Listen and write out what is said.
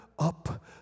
up